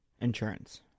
Insurance